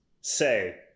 say